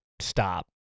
stop